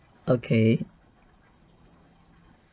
okay